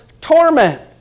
torment